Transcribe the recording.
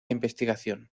investigación